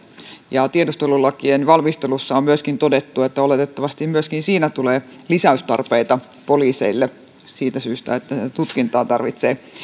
ja tiedustelulakien valmistelussa on myöskin todettu että oletettavasti myöskin siinä tulee lisäystarpeita poliiseille siitä syystä että tutkintaan tarvitsee